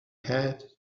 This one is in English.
had